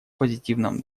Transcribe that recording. позитивном